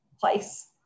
place